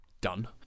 done